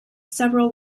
several